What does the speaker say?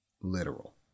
literal